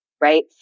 right